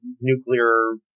nuclear